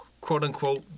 quote-unquote